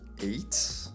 eight